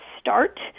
start